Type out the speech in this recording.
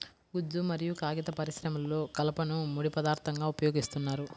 గుజ్జు మరియు కాగిత పరిశ్రమలో కలపను ముడి పదార్థంగా ఉపయోగిస్తున్నారు